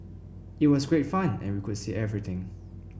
it was great fun and we could see everything